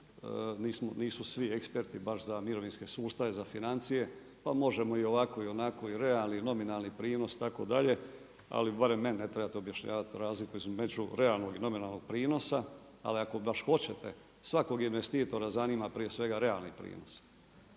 nisu svi eksperti baš za mirovinske sustave, za financije pa možemo i ovako i onako i realni i nominalni prinos i tako dalje. Ali barem meni ne trebate objašnjavati razliku između realnog i nominalnog prinosa ali ako baš hoćete, svakog investitora zanima prije svega realni prinos.